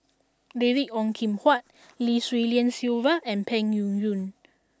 David Ong Kim Huat Lim Swee Lian Sylvia and Peng Yuyun